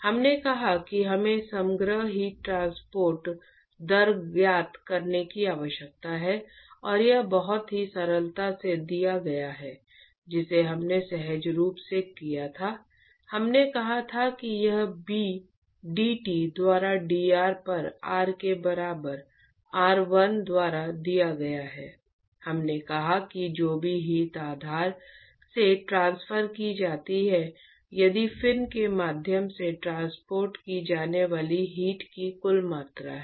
हमने कहा कि हमें समग्र हीट ट्रांसपोर्ट दर ज्ञात करने की आवश्यकता है और यह बहुत ही सरलता से दिया गया है जैसे हमने सहज रूप से किया था हमने कहा था कि यह b dT द्वारा dr पर r के बराबर r 1 द्वारा दिया गया है हमने कहा कि जो भी हीट आधार से ट्रांसफर की जाती है यदि फिन के माध्यम से ट्रांसपोर्ट की जाने वाली हीट की कुल मात्रा हैं